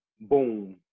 Boom